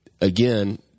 Again